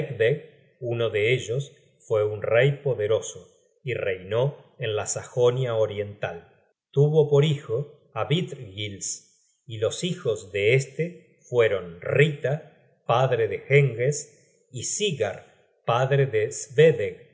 uno de ellos fue un rey poderoso y reinó en la sajonia oriental tuvo por hijo á vitrgils y los hijos de este fueron kitta padre de hen gest y sigarr padre de